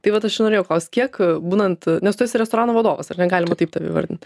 tai vat aš ir norėjau klaust kiek būnant nes tu esi restorano vadovas ar ne galima taip tave įvardinti